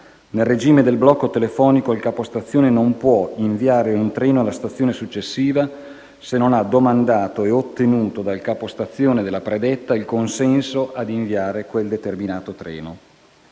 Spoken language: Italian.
nel regime del blocco telefonico il capostazione non può inviare un treno alla stazione successiva se non ha domandato e ottenuto dal capostazione della predetta il consenso ad inviare quel determinato treno.